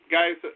guys